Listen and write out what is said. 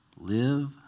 Live